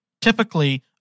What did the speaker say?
typically